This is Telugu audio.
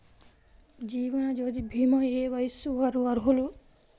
జీవనజ్యోతి భీమా ఏ వయస్సు వారు అర్హులు?